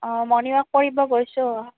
অঁ morning walk কৰিব গৈছোঁ